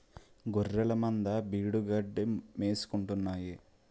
గొఱ్ఱెలమంద బీడుగడ్డి మేసుకుంటాన్నాయి